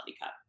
cup